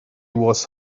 was